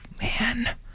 man